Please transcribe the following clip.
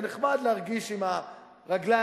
זה נחמד להרגיש עם הרגליים,